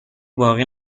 باقی